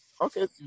Okay